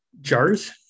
Jars